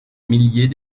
milliers